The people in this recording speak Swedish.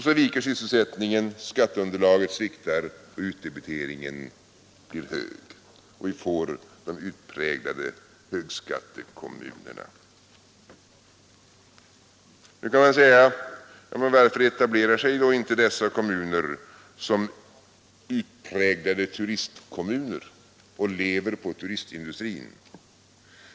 Så viker sysselsättningen, skatteunderlaget sviktar, utdebiteringen blir hög och vi får de utpräglade högskattekommunerna. Nu kan man säga: Men varför etablerar sig då inte dessa kommuner som utpräglade turistkommuner och lever på turistindustrin?